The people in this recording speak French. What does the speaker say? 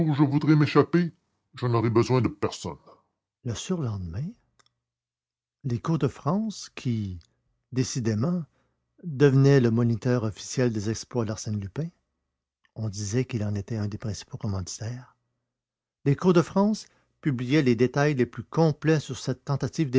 je voudrai m'échapper je n'aurai besoin de personne le surlendemain l'écho de france qui décidément devenait le moniteur officiel des exploits d'arsène lupin on disait qu'il en était un des principaux commanditaires lécho de france publiait les détails les plus complets sur cette tentative